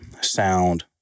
sound